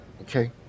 okay